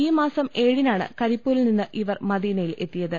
ഈ മാസം ഏഴിനാണ് കരിപ്പൂരിൽ നിന്ന് ഇവർ മദീനയിൽ എത്തിയ ത്